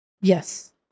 Yes